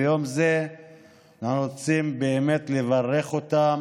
ביום זה אנחנו רוצים באמת לברך אותם